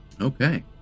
Okay